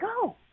go